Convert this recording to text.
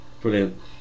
Brilliant